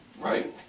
Right